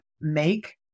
make